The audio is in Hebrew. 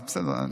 בסדר,